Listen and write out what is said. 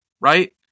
right